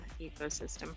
ecosystem